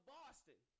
Boston